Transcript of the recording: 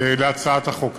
להצעת החוק הזאת.